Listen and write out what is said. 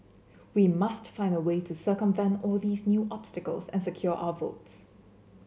we must find a way to circumvent all these new obstacles and secure our votes